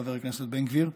חבר הכנסת בן גביר,